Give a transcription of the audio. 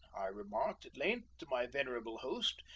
i remarked at length to my venerable host,